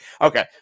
okay